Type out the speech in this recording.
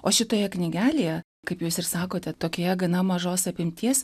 o šitoje knygelėje kaip jūs ir sakote tokioje gana mažos apimties